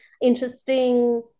interesting